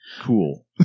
cool